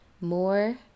More